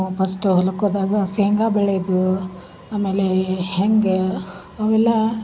first ಹೊಲಕ್ಕೆ ಹೋದಾಗ ಶೇಂಗ ಬೆಳೆದು ಆಮೇಲೆ ಹೇಗೆ ಅವೆಲ್ಲ